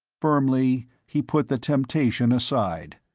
firmly he put the temptation aside.